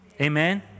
Amen